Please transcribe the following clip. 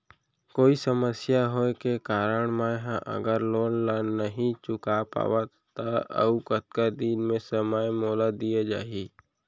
कोई समस्या होये के कारण मैं हा अगर लोन ला नही चुका पाहव त अऊ कतका दिन में समय मोल दीये जाही?